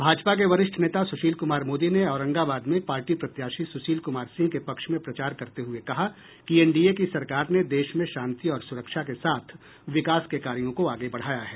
भाजपा के वरिष्ठ नेता सुशील कुमार मोदी ने औरंगाबाद में पार्टी प्रत्याशी सुशील कुमार सिंह के पक्ष में प्रचार करते हुये कहा कि एनडीए की सरकार ने देश में शांति और सुरक्षा के साथ विकास के कार्यों को आगे बढ़ाया है